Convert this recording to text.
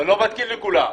לא מתקין לכולם.